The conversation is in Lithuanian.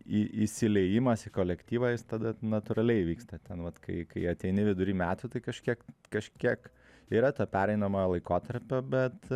į įsiliejimas į kolektyvą jis tada natūraliai vyksta ten vat kai kai ateini vidury metų tai kažkiek kažkiek yra to pereinamojo laikotarpio bet